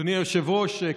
אדוני היושב-ראש,